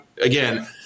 again